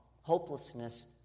Hopelessness